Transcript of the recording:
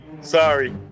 Sorry